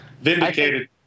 vindicated